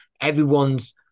everyone's